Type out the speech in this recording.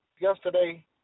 yesterday